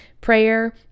Prayer